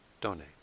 donate